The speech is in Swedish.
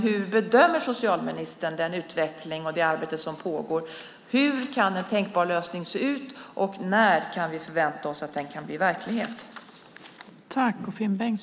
Hur bedömer socialministern den utveckling och det arbete som pågår? Hur kan en tänkbar lösning se ut, och när kan vi förvänta oss att den kan bli verklighet?